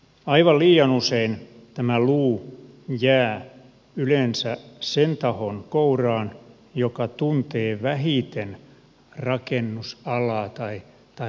aivan liian usein tämä luu jää yleensä sen tahon kouraan joka tuntee vähiten rakennusalaa tai rakennustekniikoita